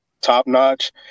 top-notch